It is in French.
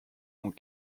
ont